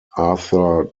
arthur